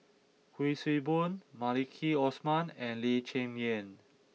Kuik Swee Boon Maliki Osman and Lee Cheng Yan